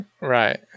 Right